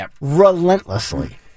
relentlessly